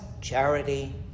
Charity